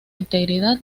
integridad